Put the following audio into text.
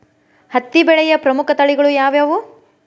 ಹತ್ತಿ ಬೆಳೆಯ ಪ್ರಮುಖ ತಳಿಗಳು ಯಾವ್ಯಾವು?